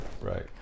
Right